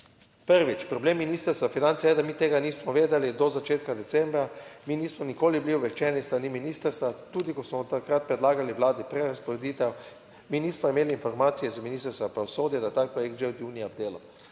Prvič. Problem Ministrstva za finance je, da mi tega nismo vedeli do začetka decembra, mi nismo nikoli bili obveščeni s strani ministrstva, tudi ko smo takrat predlagali Vladi prerazporeditev, mi nismo imeli informacije iz Ministrstva za pravosodje, da je ta projekt že od junija obdelal.